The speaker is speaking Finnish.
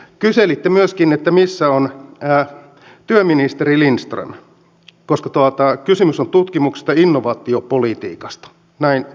kyselitte myöskin että missä on työministeri lindström koska kysymys on tutkimuksesta ja innovaatiopolitiikasta näin muistaakseni sanoitte